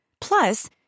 Plus